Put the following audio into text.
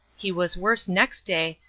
he was worse next day,